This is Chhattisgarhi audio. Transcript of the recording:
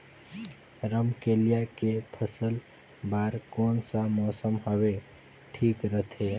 रमकेलिया के फसल बार कोन सा मौसम हवे ठीक रथे?